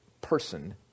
person